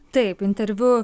taip interviu